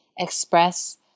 express